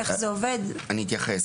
אני אתייחס.